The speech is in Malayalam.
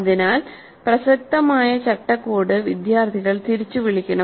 അതിനാൽ പ്രസക്തമായ ചട്ടക്കൂട് വിദ്യാർത്ഥികൾ തിരിച്ചുവിളിക്കണം